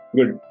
Good